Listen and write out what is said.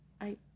I-